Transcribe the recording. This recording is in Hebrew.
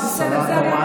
בסדר?